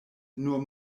nur